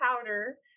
powder